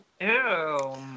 Ew